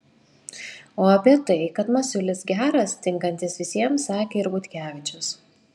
o apie tai kad masiulis geras tinkantis visiems sakė ir butkevičius